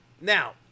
Now